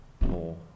more